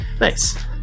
Nice